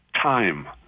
time